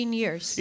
years